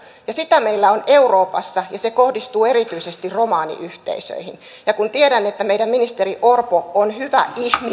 ja sitä meillä on euroopassa ja se kohdistuu erityisesti romaniyhteisöihin ja kun tiedän että meidän ministeri orpo on hyvä ihminen